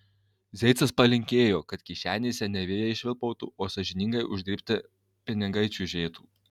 zeicas palinkėjo kad kišenėse ne vėjai švilpautų o sąžiningai uždirbti pinigai čiužėtų